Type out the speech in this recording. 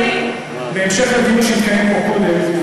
בהמשך לדיון שהתקיים פה קודם,